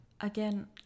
Again